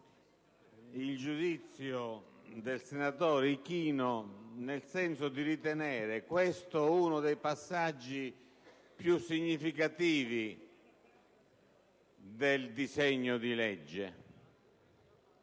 il giudizio del senatore Ichino, nel senso di ritenere che questo sia uno dei passaggi più significativi del disegno di legge